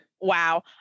wow